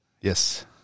Yes